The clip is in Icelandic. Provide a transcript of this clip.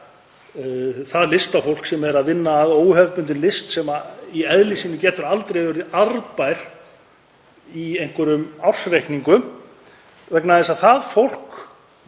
það listafólk sem er að vinna að óhefðbundinni list, sem í eðli sínu getur aldrei verið arðbær í einhverjum ársreikningum, vegna þess að það fólk